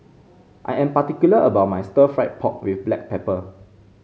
I am particular about my Stir Fried Pork with Black Pepper